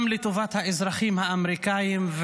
גם לטובת האזרחים האמריקאים,